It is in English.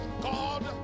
God